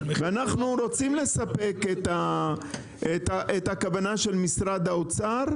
ואנחנו רוצים לספק את הכוונה של משרד האוצר,